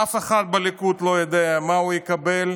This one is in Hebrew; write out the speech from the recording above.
אף אחד בליכוד לא יודע מה הוא יקבל,